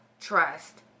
trust